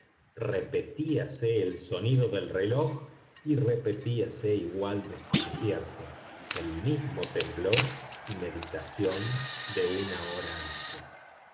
vuela repetíase el sonido del reloj y repetíase igual desconcierto el mismo temblor y meditación de una hora antes